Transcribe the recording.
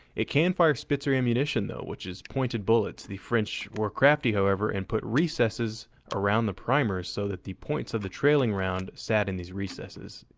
it can fire spitzer ammunition, though, which is pointed bullets. the french were crafty, however, and put recesses around the primer so that the points of the trailing round sat in these recesses.